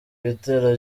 ibitero